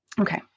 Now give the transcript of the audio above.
Okay